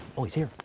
oh, he's here!